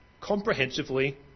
comprehensively